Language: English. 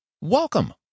welcome